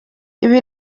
ibi